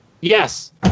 Yes